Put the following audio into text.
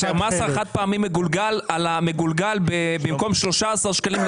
כשהמס על חד-פעמי מגולגל במקום 13 שקלים,